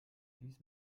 dies